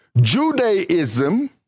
Judaism